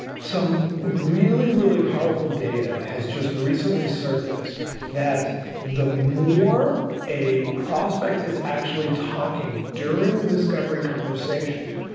some really, really powerful data has just recently surfaced that the more a prospect is actually talking during the discovery conversation,